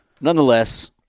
nonetheless